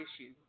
issue